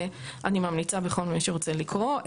אני ממליצה בחום למי שרוצה לקרוא.